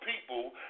people